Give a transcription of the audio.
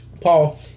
paul